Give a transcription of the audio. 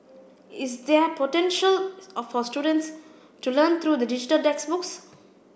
is there potential of our students to learn through digital textbooks